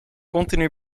continu